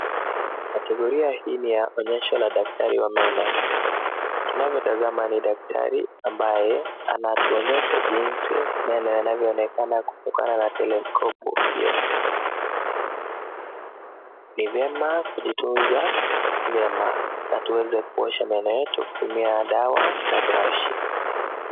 Kategoria hii ni ya onyesho la daktari wa meno. Tunavyotazama ni daktari ambaye anatuonyesha jinsi meno yanavyoonekana kutokana na teleskopu hio. Ni vyema kujitunza vyema, na tueze kuosha meno yetu kutumia dawa na brashi.